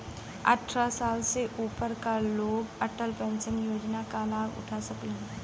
अट्ठारह साल से ऊपर क लोग अटल पेंशन योजना क लाभ उठा सकलन